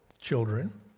children